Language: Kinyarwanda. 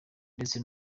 ndetse